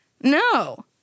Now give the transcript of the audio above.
No